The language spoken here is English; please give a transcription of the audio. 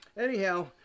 anyhow